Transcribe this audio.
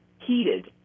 heated